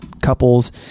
couples